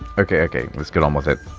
okay. okay. let's get on with it.